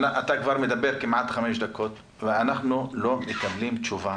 אתה כבר כמעט חמש דקות ואנחנו לא מקבלים תשובה.